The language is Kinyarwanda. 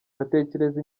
batekereza